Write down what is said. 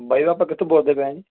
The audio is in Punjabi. ਬਾਈ ਦਾ ਵੇ ਆਪਾਂ ਕਿੱਥੋਂ ਬੋਲਦੇ ਪਏ ਹਾਂ ਜੀ